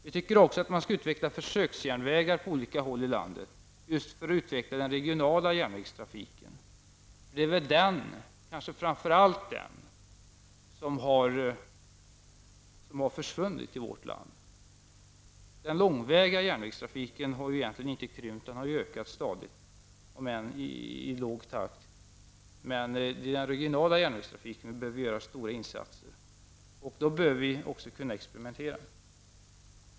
Vi anser också att man på olika håll i landet skall utveckla försöksjärnvägar just för att utveckla den regionala järnvägstrafiken. Det är kanske framför allt den trafiken som har försvunnit i vårt land. Den långväga järnvägstrafiken har egentligen inte krympt utan ökat stadigt fastän i låg takt. Men det behövs stora insatser för den regionala järnvägstrafiken, och då bör vi också kunna experimentera.